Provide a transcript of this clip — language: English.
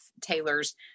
Taylor's